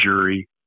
jury